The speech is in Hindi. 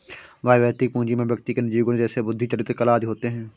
वैयक्तिक पूंजी में व्यक्ति के निजी गुण जैसे बुद्धि, चरित्र, कला आदि होते हैं